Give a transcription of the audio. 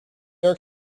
york